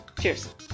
Cheers